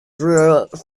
borough